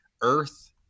Earth